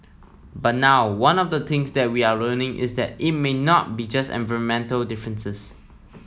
but now one of the things that we are learning is that it may not be just environmental differences